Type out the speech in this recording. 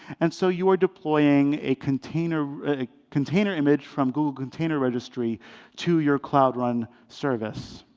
and so you are deploying a container container image from google container registry to your cloud run service.